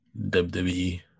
WWE